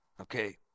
Okay